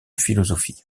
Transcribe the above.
philosophie